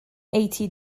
eighty